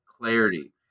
clarity